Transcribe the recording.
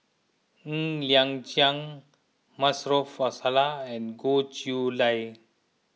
Ng Liang Chiang Maarof Salleh and Goh Chiew Lye